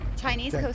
Chinese